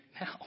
now